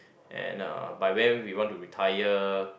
and uh by when we want to retire